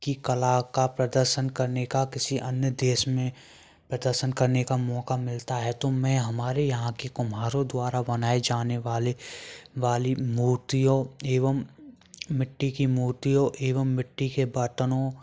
की कला का प्रदर्शन करने का किसी अन्य देश में प्रदर्शन का मौका मिलता है तो मैं हमारे यहाँ की कुम्हारों द्वारा बनाए जाने वाले वाली मोतियों एवं मिट्टी की मोतियों एवं मिट्टी के बाटनो